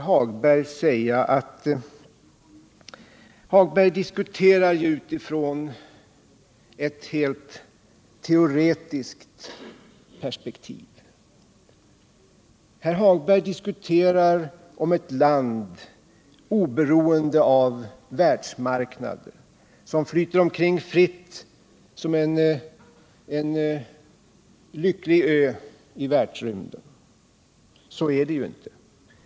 Herr Hagberg diskuterar utifrån ett helt teoretiskt perspektiv. Herr Hagberg diskuterar om ett land oberoende av världsmarknaden, ett land som flyter omkring fritt som en lycklig ö i världsrymden. Så är det inte.